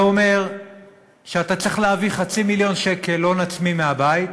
זה אומר שאתה צריך להביא חצי מיליון שקל הון עצמי מהבית,